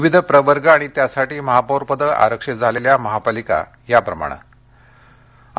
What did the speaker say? विविध प्रवर्ग आणि त्यासाठी महापौरपदे आरक्षित झालेल्या महापालिका पूढीलप्रमाणे आहेत